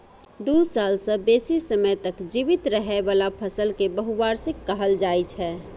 दू साल सं बेसी समय तक जीवित रहै बला फसल कें बहुवार्षिक कहल जाइ छै